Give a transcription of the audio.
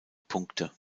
punkte